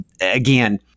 again